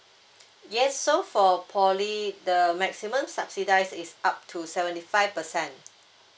yes so for poly the maximum subsidise is up to seventy five percent